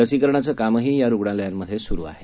लसीकरणाचं कामही या रुग्णालयांमधे स्रु आहे